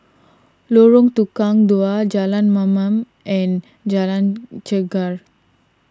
Lorong Tukang Dua Jalan Mamam and Jalan Chegar